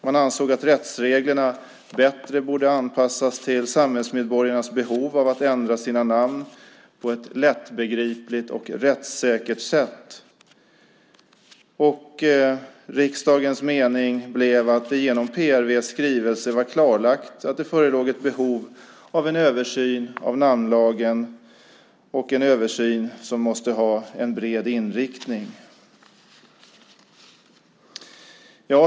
Man ansåg att rättsreglerna bättre borde anpassas till samhällsmedborgarnas behov av att ändra sina namn på ett lättbegripligt och rättssäkert sätt. Riksdagens mening var att det genom PRV:s skrivelse var klarlagt att det förelåg ett behov av en översyn av namnlagen och att denna översyn måste ha en bred inriktning.